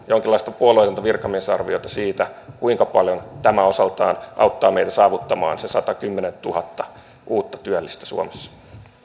jonkinlaista puolueetonta virkamiesarviota siitä kuinka paljon tämä osaltaan auttaa meitä saavuttamaan sen satakymmentätuhatta uutta työllistä suomessa